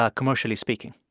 ah commercially speaking?